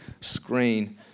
screen